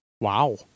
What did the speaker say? Wow